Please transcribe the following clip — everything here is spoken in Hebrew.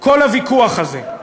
כל הוויכוח הזה,